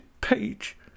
page